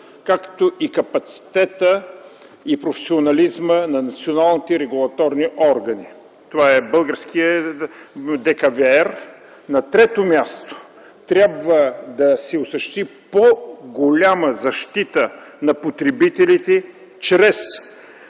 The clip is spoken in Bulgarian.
както и капацитетът и професионализмът на националните регулаторни органи. Това е българският ДКЕВР. На трето място, трябва да се осъществи по-голяма защита на потребителите чрез